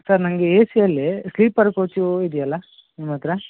sir ನನಗೆ ಎಸಿಯಲ್ಲಿ sleeper coach ಇದಿಯಲ್ಲ ನಿಮ್ಮ ಹತ್ರ